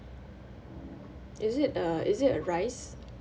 is it uh is it a rice